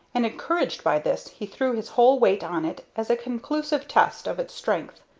and, encouraged by this, he threw his whole weight on it as a conclusive test of its strength.